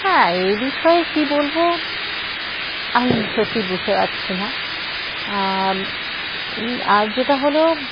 হ্যাঁ এ বিষয়ে কী বলবো আমি সত্যিই বুঝতে পারছি না আর যেটা হলো